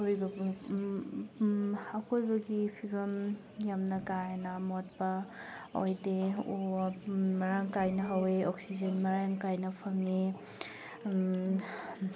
ꯑꯀꯣꯏꯕꯒꯤ ꯐꯤꯕꯝ ꯌꯥꯝꯅ ꯀꯥ ꯍꯦꯟꯅ ꯃꯣꯠꯄ ꯑꯣꯏꯗꯦ ꯎ ꯋꯥ ꯃꯔꯥꯡ ꯀꯥꯏꯅ ꯍꯧꯋꯤ ꯑꯣꯛꯁꯤꯖꯦꯟ ꯃꯔꯥꯡ ꯀꯥꯏꯅ ꯐꯪꯉꯤ